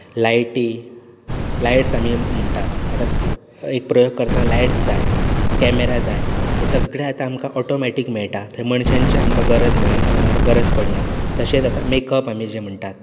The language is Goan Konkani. लायटी लायट्स आमी म्हणटात आतां एक प्रयोग करतना लायटस् जाय कॅमेरा जाय हें सगळें आतां आमकां ऑटोमॅटीक मेळटा थंय मनशांची आमकां गरज मेळ गरज पडना तशेंच आतां मेकअप आमी जे म्हणटात